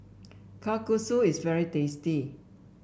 kalguksu is very tasty